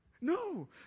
No